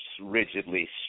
rigidly